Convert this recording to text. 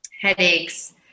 headaches